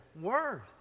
worth